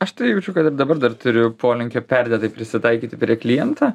aš tai jaučiu kad ir dabar dar turiu polinkį perdėtai prisitaikyti prie kliento